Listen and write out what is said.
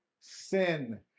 sin